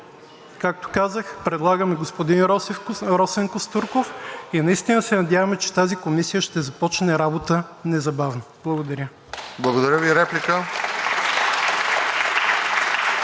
както казах, предлагам господин Росен Костурков и наистина се надяваме, че тази комисия ще започне работа незабавно. Благодаря. (Ръкопляскания